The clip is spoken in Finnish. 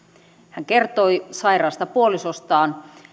hän kertoi sairaasta puolisostaan